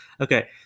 Okay